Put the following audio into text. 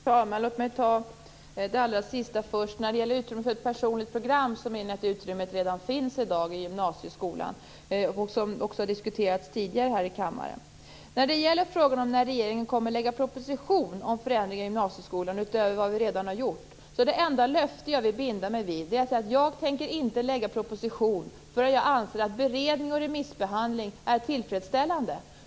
Herr talman! Låt mig ta det sista först. När det gäller utrymme för ett personligt program menar jag att det redan i dag finns i gymnasieskolan. Det har också diskuterats tidigare här i kammaren. När det gäller frågan när regeringen kommer att lägga fram en proposition om förändringar i gymnasieskolan utöver vad vi redan har gjort, är det enda löfte som jag vill binda mig vid att jag inte tänker lägga fram en proposition förrän jag anser att beredning och remissbehandling är tillfredsställande.